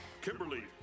Kimberly